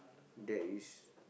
that is